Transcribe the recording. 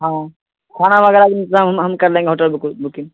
ہاں کھانا وغیرہ کا انتظام ہم ہم کر لیں گے ہوٹل بک بکنگ